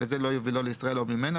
וזה לא יובילו לישראל או ממנה,